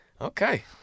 Okay